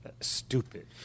stupid